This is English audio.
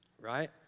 right